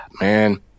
man